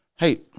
Hey